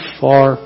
far